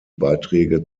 beiträge